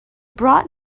brought